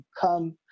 come